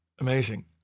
Amazing